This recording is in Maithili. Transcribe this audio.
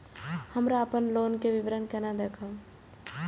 हमरा अपन लोन के विवरण केना देखब?